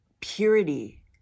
purity